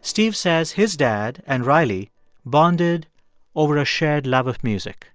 steve says his dad and riley bonded over a shared love of music